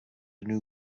new